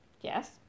yes